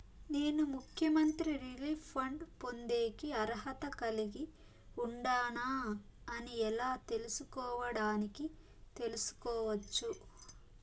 నేను ముఖ్యమంత్రి relief fund పొందేకి అర్హత కలిగి ఉండానా అని ఎలా తెలుసుకోవడానికి తెలుసుకోవచ్చు